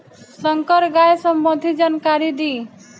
संकर गाय सबंधी जानकारी दी?